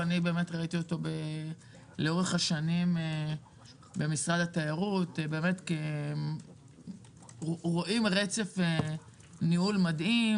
ואני ראיתי אותו לאורך השנים במשרד התיירות ורואים רצף ניהול מדהים